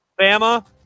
Bama